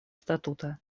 статута